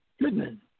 Goodman